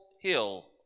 hill